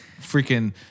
freaking